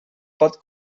pot